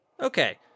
okay